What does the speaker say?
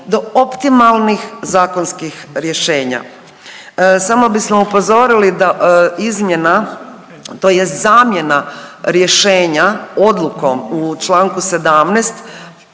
do optimalnih zakonskih rješenja. Samo bismo upozorili da izmjena tj. zamjena rješenja odlukom u čl. 17.